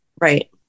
Right